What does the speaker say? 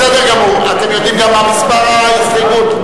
אתם יודעים גם מה מספר ההסתייגות?